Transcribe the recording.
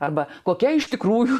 arba kokia iš tikrųjų